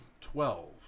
Twelve